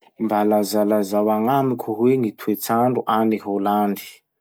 Mba lazalazao agnamiko hoe gny toetsandro agny Holandy?